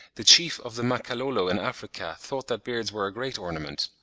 the chief of the makalolo in africa, thought that beards were a great ornament.